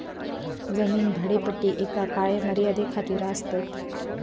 जमीन भाडेपट्टी एका काळ मर्यादे खातीर आसतात